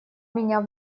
меня